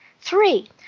Three